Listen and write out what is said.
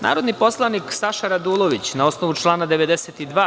Narodni poslanik Saša Radulović, na osnovu člana 92.